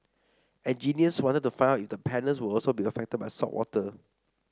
engineers wanted to find out if the panels would be affected by saltwater